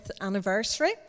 anniversary